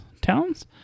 Towns